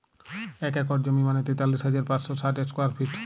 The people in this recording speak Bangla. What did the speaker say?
এক একর জমি মানে তেতাল্লিশ হাজার পাঁচশ ষাট স্কোয়ার ফিট